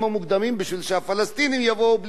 שהפלסטינים יבואו בלי תנאים מוקדמים,